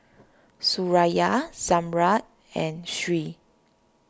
Suraya Zamrud and Sri